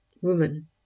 woman